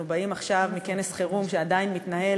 אנחנו באים עכשיו מכנס חירום שעדיין מתנהל